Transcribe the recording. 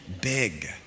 big